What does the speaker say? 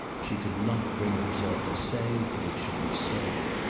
she could not bring herself to say that it should be so.